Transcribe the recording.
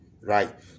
right